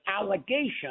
allegation